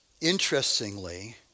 interestingly